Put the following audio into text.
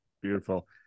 beautiful